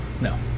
No